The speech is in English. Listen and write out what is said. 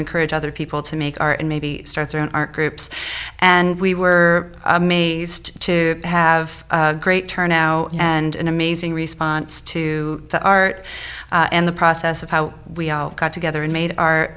encourage other people to make our and maybe start their own arc groups and we were amazed to have a great turnout and an amazing response to the art and the process of how we all got together and made